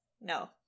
No